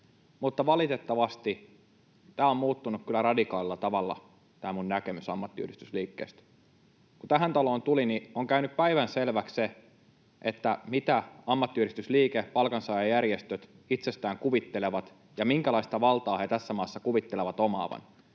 Mutta valitettavasti tämä on muuttunut kyllä radikaalilla tavalla, tämä minun näkemykseni ammattiyhdistysliikkeestä. Kun tähän taloon tulin, on käynyt päivänselväksi se, mitä ammattiyhdistysliike, palkansaajajärjestöt, itsestään kuvittelevat ja minkälaista valtaa he tässä maassa kuvittelevat omaavansa.